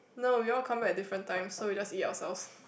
no we all come back at different times so we just eat ourselves